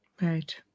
Right